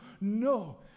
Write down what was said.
no